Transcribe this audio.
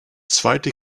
zweite